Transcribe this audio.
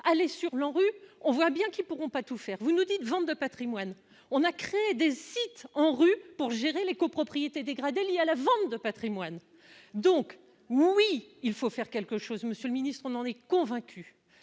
allez sur l'ANRU, on voit bien qu'ils pourront pas tout faire, vous nous dites : ventes de Patrimoine, on a créé des sites en rue pour gérer les copropriétés dégradées liées à la vente de Patrimoine, donc oui il faut faire quelque chose, Monsieur le Ministre, on en est convaincu